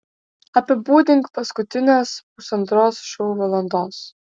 apibūdink paskutines pusantros šou valandos